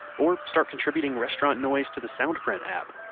or start contributing restaurant noise to the sound print app.